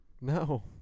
No